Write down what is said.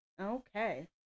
Okay